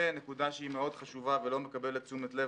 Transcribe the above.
ונקודה שהיא מאוד חשובה ולא מקבלת תשומת לב